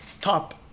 top